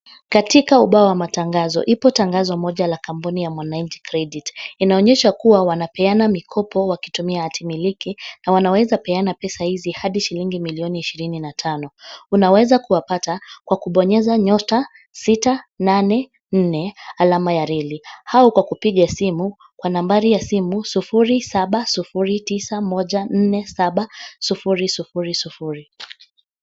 Katika ubao wa matangazo ipo tangazo moja la kampuni ya Mwananchi Credit. Inaonyesha kuwa wanapeana mikopo wakitumia hati miliki na wanaweza peana pesa hizi hadi shilingi milioni ishirini na tano. Unaweza kuwapata kwa kubonyeza nyota sita nane nne alama ya reli au kwa kupiga simu kwa nambari ya simu sufuri saba sufuri tisa moja nne saba sufuri sufuri sufuri.